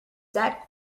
that